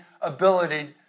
ability